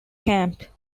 camp